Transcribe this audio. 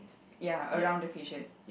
ya around the fishes